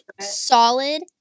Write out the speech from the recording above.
solid